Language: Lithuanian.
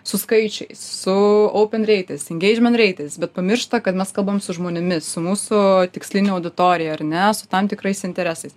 su skaičiais su aupen reitais ingeidžment reitais bet pamiršta kad mes kalbam su žmonėmis su mūsų tiksline auditorija ar ne su tam tikrais interesais